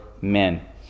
men